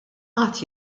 qatt